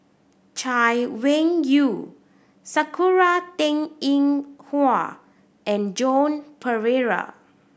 Chay Weng Yew Sakura Teng Ying Hua and Joan Pereira